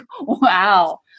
wow